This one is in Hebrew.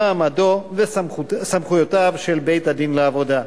מעמדו וסמכויותיו של בית-הדין לעבודה.